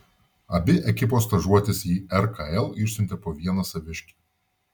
abi ekipos stažuotis į rkl išsiuntė po vieną saviškį